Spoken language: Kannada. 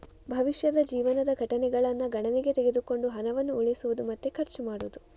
ಭವಿಷ್ಯದ ಜೀವನದ ಘಟನೆಗಳನ್ನ ಗಣನೆಗೆ ತೆಗೆದುಕೊಂಡು ಹಣವನ್ನ ಉಳಿಸುದು ಮತ್ತೆ ಖರ್ಚು ಮಾಡುದು